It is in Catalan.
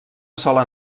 sola